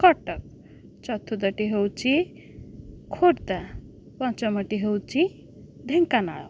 କଟକ ଚତୁର୍ଥଟି ହେଉଛି ଖୋର୍ଦ୍ଧା ପଞ୍ଚମଟି ହେଉଛି ଢେଙ୍କାନାଳ